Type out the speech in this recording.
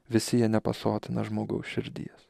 visi jie nepasotina žmogaus širdies